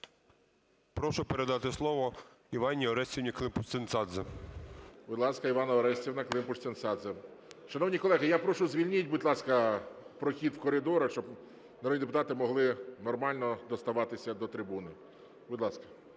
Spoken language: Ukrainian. Прошу передати слово Іванні Орестівні Климпуш-Цинцадзе. ГОЛОВУЮЧИЙ. Будь ласка, Іванна Орестівна Климпуш-Цинцадзе. Шановні колеги, я прошу, звільніть, будь ласка, прохід в коридорах, щоб народні депутати могли нормально діставатися до трибуни. Будь ласка.